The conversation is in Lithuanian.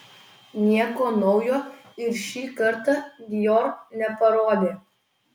nieko naujo ir šį kartą dior neparodė